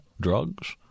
drugs